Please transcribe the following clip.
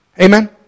Amen